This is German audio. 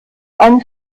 einen